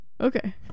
Okay